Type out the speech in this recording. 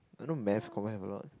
I know math confirm have a lot